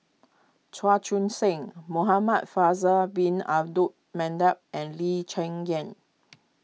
Chua Joon sing Muhamad Faisal Bin Abdul Manap and Lee Cheng Yan